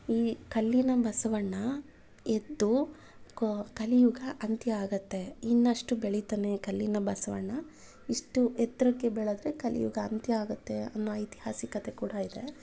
ಈ ಕಲ್ಲಿನ ಬಸವಣ್ಣ ಎದ್ದು ಕ್ ಕಲಿಯುಗ ಅಂತ್ಯ ಆಗುತ್ತೆ ಇನ್ನಷ್ಟು ಬೆಳೀತಾನೆ ಕಲ್ಲಿನ ಬಸವಣ್ಣ ಇಷ್ಟು ಎತ್ತರಕ್ಕೆ ಬೆಳೆದ್ರೆ ಕಲಿಯುಗ ಅಂತ್ಯ ಆಗುತ್ತೆ ಅನ್ನೊ ಐತಿಹಾಸಿಕತೆ ಕೂಡ ಇದೆ